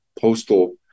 postal